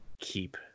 keep